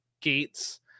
gates